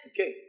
Okay